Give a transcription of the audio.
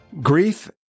Grief